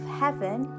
heaven